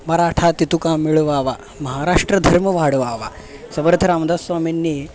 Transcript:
मराठा तितुका मिळवावा महाराष्ट्र धर्म वाढवावा समर्थ रामदास स्वामींनी